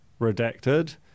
Redacted